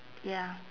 ya